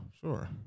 sure